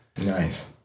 Nice